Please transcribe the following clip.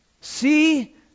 See